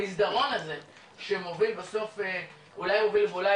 כל המסדרון הזה שמוביל בסוף אולי יוביל ואולי